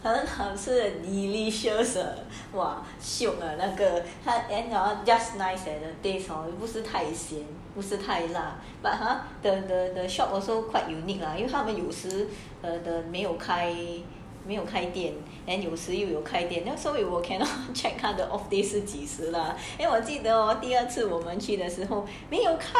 很好吃 leh delicious leh ah !wah! shiok 的那个那个 just nice the end 不是咸不是太辣 but !huh! the the shop also quite unique lah 因为他们有时 the 没有开没有开店因为我 cannot check 他的 off day 是几时啦 cause 我记得第二次我们去的时候没有开